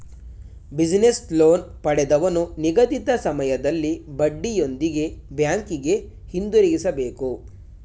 business loan ಪಡೆದವನು ನಿಗದಿತ ಸಮಯದಲ್ಲಿ ಬಡ್ಡಿಯೊಂದಿಗೆ ಬ್ಯಾಂಕಿಗೆ ಹಿಂದಿರುಗಿಸಬೇಕು